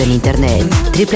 internet